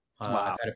Wow